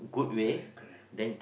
correct correct